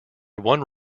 one